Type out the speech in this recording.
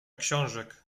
książek